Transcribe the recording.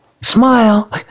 Smile